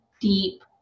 deep